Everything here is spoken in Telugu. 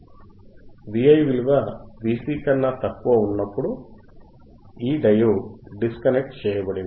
Vi విలువ Vc కన్నా తక్కువ ఉన్నప్పుడు ఈ డయోడ్ డిస్కనెక్ట్ చేయబడింది